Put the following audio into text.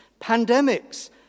pandemics